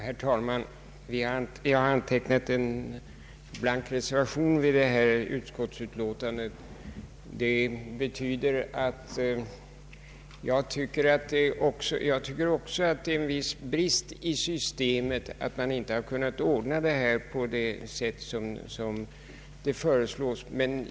Herr talman! Jag har antecknat en blank reservation till detta utskottsutlåtande. Det betyder att jag också anser det vara en viss brist i systemet att försäkringsskydd inte kunnat ordnas på det sätt som föreslås i motionerna.